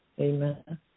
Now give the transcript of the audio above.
Amen